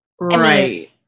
Right